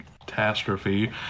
catastrophe